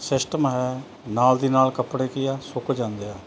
system ਹੈ ਨਾਲ ਦੀ ਨਾਲ ਕੱਪੜੇ ਕੀ ਆ ਸੁੱਕ ਜਾਂਦੇ ਆ